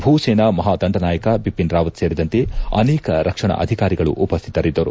ಭೂ ಸೇನಾ ಮಹಾದಂಡನಾಯಕ ಬಿಪಿನ್ ರಾವತ್ ಸೇರಿದಂತೆ ಅನೇಕ ರಕ್ಷಣಾ ಅಧಿಕಾರಿಗಳು ಉಪಶ್ಯಿತರಿದ್ದರು